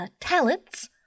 talents